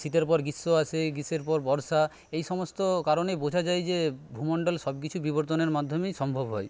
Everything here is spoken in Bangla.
শীতের পর গ্রীষ্ম আসে গ্রীষ্মের পর বর্ষা এই সমস্ত কারণে বোঝা যায় যে ভুমন্ডল সব কিছু বিবর্তনের মাধ্যমেই সম্ভব হয়